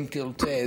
אם תרצה,